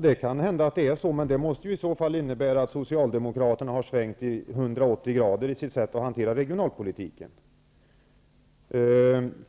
Det kan hända att det är så, men det måste i så fall innebära att socialdemokraterna har svängt 180 grader i sitt sätt att hantera regionalpolitiken.